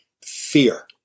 Fear